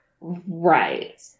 Right